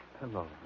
Hello